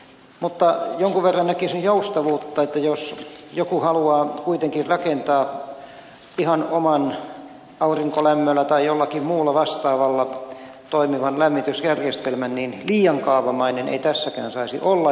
mutta jonkun verran näkisin tarpeelliseksi joustavuuden niin että jos joku haluaa kuitenkin rakentaa ihan oman aurinkolämmöllä tai jollakin muulla vastaavalla toimivan lämmitysjärjestelmän niin liian kaavamainen ei tässäkään saisi olla